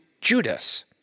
Judas